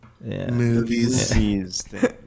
Movies